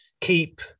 keep